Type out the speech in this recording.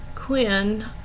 Quinn